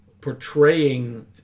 portraying